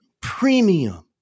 premium